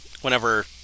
whenever